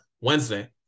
Wednesday